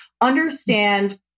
Understand